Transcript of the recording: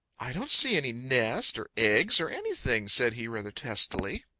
i don't see any nest or eggs or anything, said he rather testily.